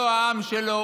לא העם שלו,